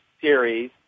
series